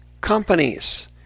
companies